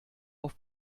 auf